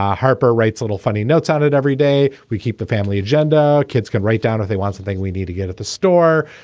ah harper writes little funny notes out it every day we keep the family agenda. kids can write down if they want the thing we need to get at the store.